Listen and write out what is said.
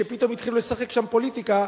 שפתאום התחילו לשחק שם פוליטיקה,